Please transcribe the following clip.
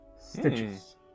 stitches